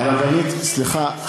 שתהיה כשרות.